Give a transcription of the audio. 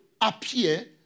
appear